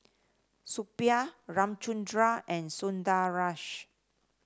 Suppiah Ramchundra and Sundaresh